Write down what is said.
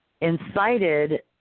incited